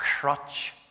crutch